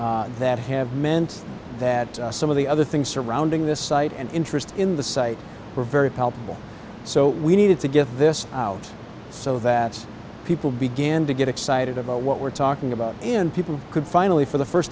that have meant that some of the other things surrounding this site and interest in the site were very palpable so we needed to get this out so that people began to get excited about what we're talking about and people could finally for the first